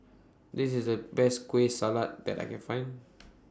This IS The Best Kueh Salat that I Can Find